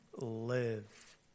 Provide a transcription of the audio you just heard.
live